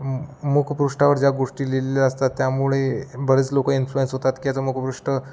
मु मुखपृष्ठावर ज्या गोष्टी लिहिलेल्या असतात त्यामुळे बरेच लोक एन्फ्लुअन्स होतात की याचं मुखपृष्ठ